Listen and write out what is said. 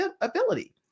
ability